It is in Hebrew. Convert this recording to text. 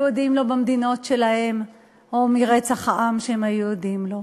עדים להן במדינות שלהם או מרצח העם שהם היו עדים לו.